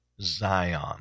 Zion